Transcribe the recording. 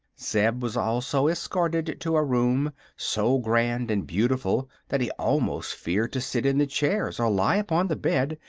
zeb was also escorted to a room so grand and beautiful that he almost feared to sit in the chairs or lie upon the bed,